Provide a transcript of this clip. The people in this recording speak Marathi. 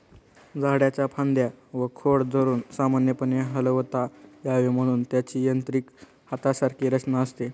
झाडाच्या फांद्या व खोड धरून सामान्यपणे हलवता यावे म्हणून त्याची यांत्रिक हातासारखी रचना असते